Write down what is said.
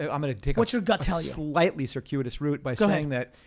ah i'm gonna take. what's your gut tell you. a slightly circuitous route by so saying that,